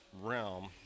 realm